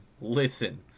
listen